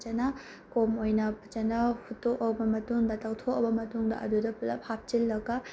ꯐꯖꯅ ꯀꯣꯝ ꯑꯣꯏꯅ ꯐꯖꯅ ꯍꯨꯠꯇꯣꯛꯑꯕ ꯃꯇꯨꯡꯗ ꯇꯧꯊꯣꯛꯑꯕ ꯃꯇꯨꯡꯗ ꯑꯗꯨꯗ ꯄꯨꯂꯞ ꯍꯥꯞꯆꯤꯜꯂꯒ